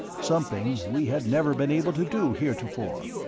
something we had never been able to do heretofore.